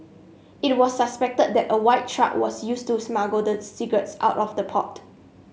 it was suspected that a white truck was used to smuggle the cigarettes out of the port